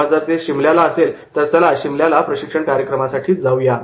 किंवा जर ते शिमल्याला असेल तर चला शिमल्याला प्रशिक्षण कार्यक्रमासाठी जाऊया